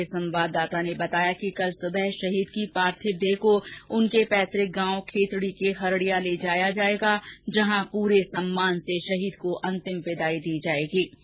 हमारे झुंझुनू संवाददाता ने बताया कि कल सुबह शहीद की पार्थिव देह को पैतुक गांव खेतड़ी के हरड़िया ले जाया जाएगा जहां पूरे सम्मान से शहीद को अंतिम विदाई दी जाएगी